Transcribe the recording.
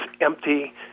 empty